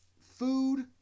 food